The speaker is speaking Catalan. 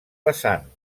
vessant